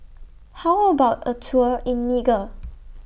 How about A Tour in Niger